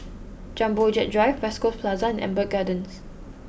Jumbo Jet Drive West Coast Plaza Amber Gardens